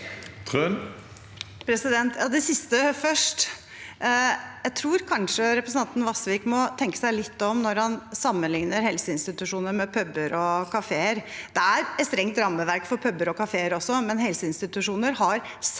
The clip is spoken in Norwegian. Det siste først: Jeg tror kanskje representanten Vasvik må tenke seg litt om når han sammenligner helseinstitusjoner med puber og kafeer. Det er et strengt rammeverk for puber og kafeer også, men helseinstitusjoner har særskilte